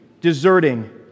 deserting